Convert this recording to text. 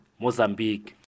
Mozambique